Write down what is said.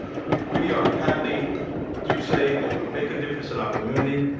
we are happily to say that we make a difference in our community,